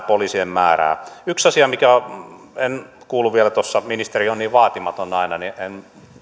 poliisien määrää on yksi asia mitä en kuullut vielä tuossa kun ministeri on niin vaatimaton aina niin en